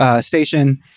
station